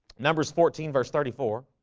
numbers fourteen verse thirty four